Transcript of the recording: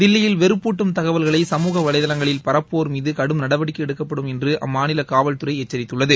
தில்லியில் வெறுப்பூட்டும் தகவல்களை சமூக வலைதளங்களில் பரப்புவோா் மீது கடும் நடவடிக்கை எடுக்கப்படும் அம்மாநில காவல்துறை எச்சரித்துள்ளது